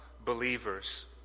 believers